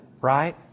right